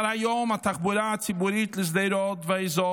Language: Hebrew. כבר היום התחבורה הציבורית לשדרות והאזור